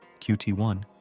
QT1